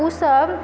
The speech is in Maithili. ओ सभ